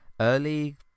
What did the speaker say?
Early